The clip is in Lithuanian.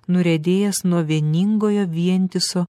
nuriedėjęs nuo vieningojo vientiso